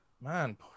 Man